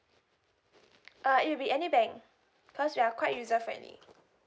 uh it will be any bank cause we are quite user friendly